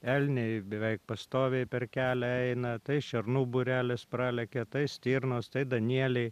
elniai beveik pastoviai per kelią eina tai šernų būrelis pralekia tai stirnos tai danieliai